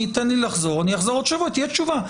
אני אחזור עוד שבוע ותהיה תשובה.